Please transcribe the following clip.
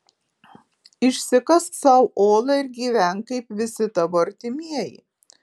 išsikask sau olą ir gyvenk kaip visi tavo artimieji